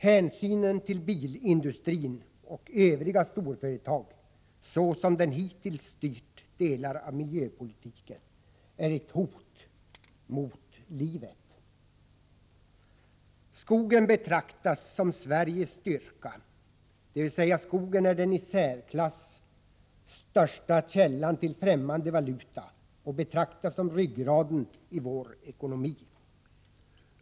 Hänsynen till företagen inom bilindustrin och övriga storföretag, såsom den hittills styrt delar av miljöpolitiken, är ett hot mot livet. Skogen betraktas som Sveriges styrka och ryggraden i vår ekonomi, dvs. att skogen är den i särklass största källan när det gäller att ge landet främmande valuta.